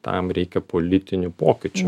tam reikia politinių pokyčių